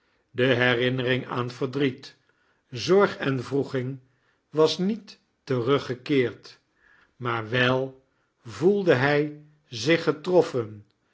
de hierimnering aan verdriet zorg em wroeging was niet teruggekeerd maar wel voaldie hij zich getroffen